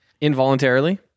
Involuntarily